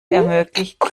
ermöglicht